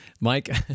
Mike